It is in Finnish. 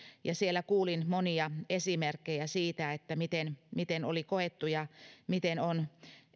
ja siellä kuulin monia esimerkkejä siitä miten miten oli koettu ja miten on